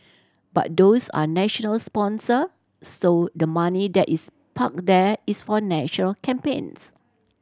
but those are national sponsor so the money that is parked there is for natural campaigns